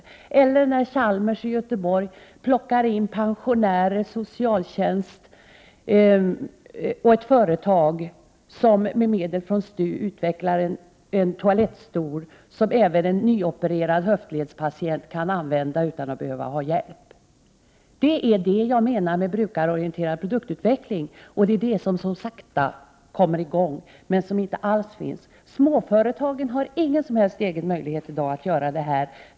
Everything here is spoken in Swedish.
Ett annat exempel är när man vid Chalmers i Göteborg arbetar tillsammans med pensionärer, socialtjänst och ett företag, vilket med medel från STU utvecklar en toalettstol som även en nyopererad höftledspatient kan använda utan hjälp. Det är detta jag menar med brukarorienterad produktutveckling, och det är detta som så sakta kommer i gång men som i vissa fall inte alls finns. Småföretagen har ingen som helst egen möjlighet i dag att göra sådant här.